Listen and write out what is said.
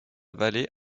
vallée